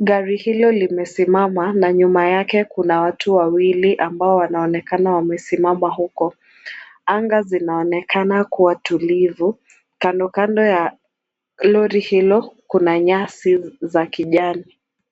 Gari hilo limesimama na nyuma yake kuna watu wawili ambao wanaoneka wamesimama huko. Anga zinaonekana kuwa tulivu. Kando kando ya lori hilo kuna nyasi za kijani.